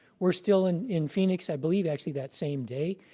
we're still in in phoenix, i believe actually that same day.